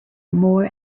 more